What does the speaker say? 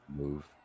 move